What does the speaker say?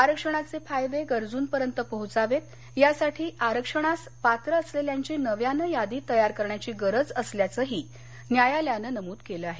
आरक्षणाचे फायदे गरजूंपर्यंत पोहोचावेत यासाठी आरक्षणास पात्र असलेल्यांची नव्यानं यादी तयार करण्याची गरज असल्याचंही न्यायालयानं नमूद केलं आहे